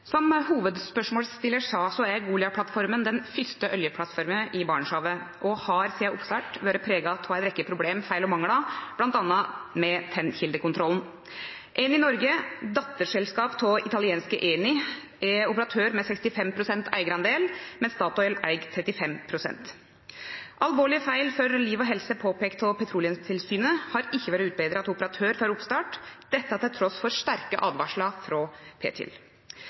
Som hovedspørsmålsstilleren sa, er Goliat-plattformen den første oljeplattformen i Barentshavet og har siden oppstarten vært preget av en rekke problemer, feil og mangler, bl.a. med tennkildekontrollen. Eni Norge, et datterselskap av italienske Eni, er en operatør med 65 pst. eierandel, mens Statoil eier 35 pst. Alvorlige feil med risiko for liv og helse som har blitt påpekt av Petroleumstilsynet, har ikke blitt utbedret av operatøren før oppstart, dette til tross for sterke advarsler fra